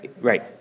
right